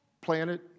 planet